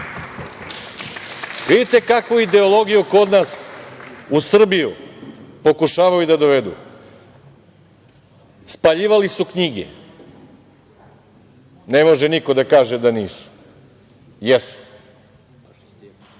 drugo. Vidite kakvu ideologiju kod nas u Srbiju pokušavaju da dovedu, spaljivali su knjige, ne može niko da kaže da nisu. Jesu.